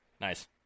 Nice